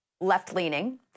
left-leaning